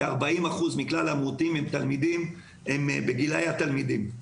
כ-40% מכלל המאומתים הם בגילי התלמידים.